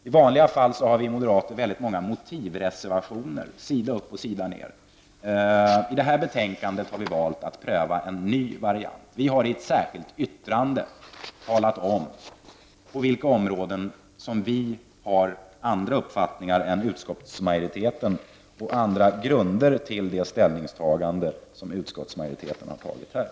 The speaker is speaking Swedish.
I vanliga fall har vi moderater väldigt många motivreservationer sida upp och sida ner. I det här betänkandet har vi prövat en ny variant. Vi har i ett särskilt yttrande talat om på vilka områden som vi har andra uppfattningar än utskottsmajoriteten och andra grunder för det ställningstagande som utskottsmajoriteten har gjort.